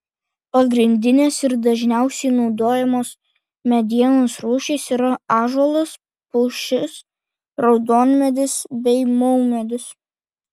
pagrindinės ir dažniausiai naudojamos medienos rūšys yra ąžuolas pušis raudonmedis bei maumedis